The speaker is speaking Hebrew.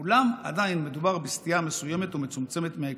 אולם עדיין מדובר בסטייה מסוימת ומצומצמת מהעיקרון.